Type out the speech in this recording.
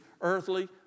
earthly